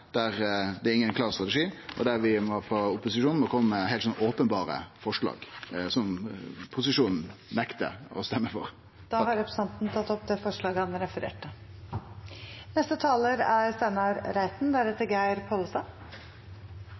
der det ikkje er nokon klar strategi, og der vi frå opposisjonen må kome med heilt openberre forslag, som posisjonen nektar å stemme for. Eg tek opp forslaget vårt. Representanten Torgeir Knag Fylkesnes har tatt opp det forslaget han refererte